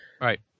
Right